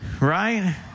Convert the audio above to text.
Right